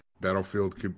Battlefield